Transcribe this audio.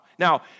Now